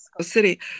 City